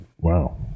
Wow